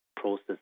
process